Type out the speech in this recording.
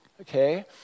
okay